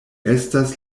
estas